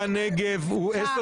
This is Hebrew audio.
בשעה